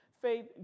Faith